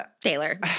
Taylor